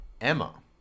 Emma